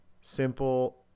simple